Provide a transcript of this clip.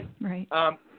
Right